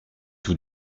tous